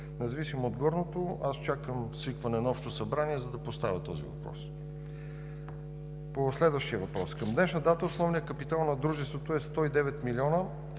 Независимо от горното, аз чакам свикване на Общо събрание, за да поставя този въпрос. По следващия въпрос. Към днешна дата основният капитал на дружеството е 109 млн.